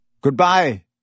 Goodbye